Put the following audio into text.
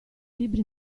libri